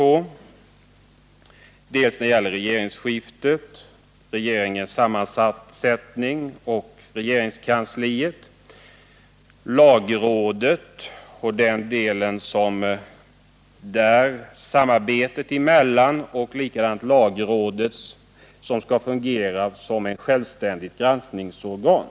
Dessa avsnitt avser bl.a. regeringsskiftet, regeringens sammansättning och dess regeringskansli samt lagrådet; det sistnämnda både i vad gäller samarbetet med regeringen och dess funktion som självständigt granskningsorgan.